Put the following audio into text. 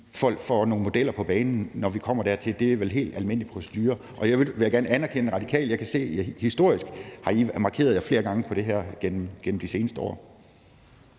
vi får nogle modeller på banen, når vi kommer dertil. Det er vel helt almindelig procedure. Og jeg vil gerne anerkende, at De Radikale historisk set har markeret sig flere gange på det her område gennem de seneste år.